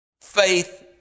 faith